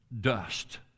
dust